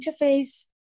interface